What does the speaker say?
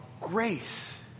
grace